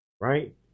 right